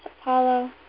Apollo